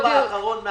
זה